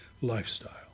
lifestyle